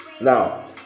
now